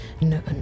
No